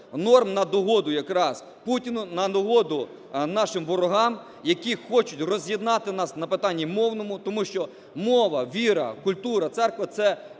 норм на догоду якраз Путіну, на догоду нашим ворогам, які хочуть роз'єднати нас на питанні мовному, тому що мова, віра, культура, церква – це